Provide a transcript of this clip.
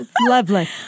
Lovely